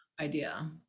idea